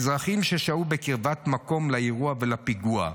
ואזרחים ששהו בקרבת מקום לאירוע ולפיגוע.